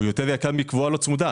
הוא יותר יקר מקבועה לא צמודה.